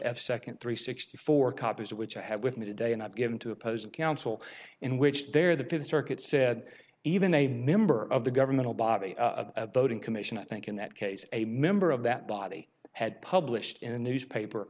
of second three sixty four copies of which i have with me today and i've given two opposing counsel in which there the fifth circuit said even a member of the governmental body voting commission i think in that case a member of that body had published in a newspaper